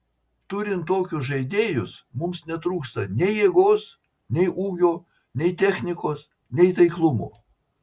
turint tokius žaidėjus mums netrūksta nei jėgos nei ūgio nei technikos nei taiklumo